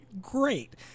great